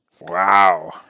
Wow